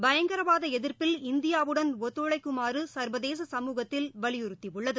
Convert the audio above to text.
பயங்கரவாத எதிர்ப்பில் இந்தியாவுடன் ஒத்துழைக்குமாறு சர்வதேச சமூகத்தில் வலியுறுத்தியுள்ளது